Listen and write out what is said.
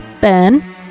Ben